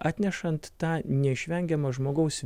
atnešant tą neišvengiamą žmogaus